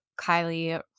Kylie